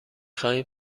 خواهیم